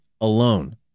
alone